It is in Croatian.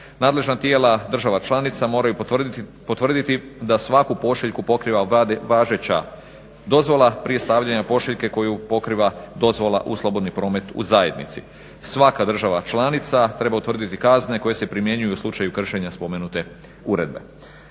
Nadležna tijela država članica moraju potvrditi da svaku pošiljku pokriva važeća dozvola prije stavljanja pošiljke koju pokriva dozvola u slobodni promet u zajednici. Svaka država članica treba utvrditi kazne koje se primjenjuju u slučaju kršenja spomenute uredbe.